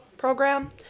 program